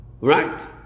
Right